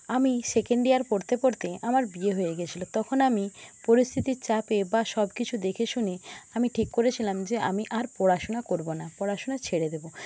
আমি second year পড়তে পড়তে আমার বিয়ে হয়ে গেছিলো তখন আমি পরিস্থিতির চাপে বা সবকিছু দেখে শুনে আমি ঠিক করেছিলাম যে আমি আর পড়াশোনা করবো না পড়াশোনা ছেড়ে দেবো